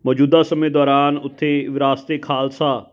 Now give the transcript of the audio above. ਮੌਜੂਦਾ ਸਮੇਂ ਦੌਰਾਨ ਉੱਥੇ ਵਿਰਾਸਤ ਏ ਖਾਲਸਾ